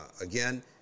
again